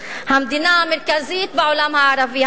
המדינה המרכזית בעולם הערבי,